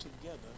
together